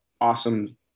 awesome